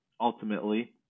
ultimately